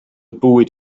bwyd